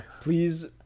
Please